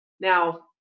Now